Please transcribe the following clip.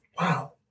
Wow